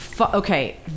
okay